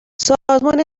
سازمان